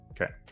Okay